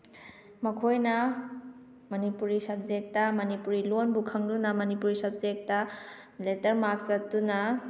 ꯃꯈꯣꯏꯅ ꯃꯅꯤꯄꯨꯔꯤ ꯁꯕꯖꯦꯛꯇ ꯃꯅꯤꯄꯨꯔꯤ ꯂꯣꯟꯕꯨ ꯈꯪꯗꯨꯅ ꯃꯅꯤꯄꯨꯔꯤ ꯁꯕꯖꯦꯛꯇ ꯂꯦꯇꯔ ꯃꯥꯔꯛ ꯆꯠꯇꯨꯅ